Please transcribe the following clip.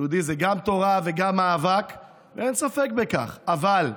יהודי זה גם תורה וגם מאבק ואין ספק בכך, אבל,